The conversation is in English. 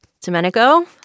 Domenico